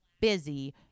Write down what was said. busy